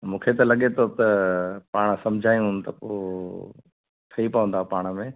मूंखे त लॻे थो त पाण सम्झायुंनि त पोइ ठही पवंदा पाण में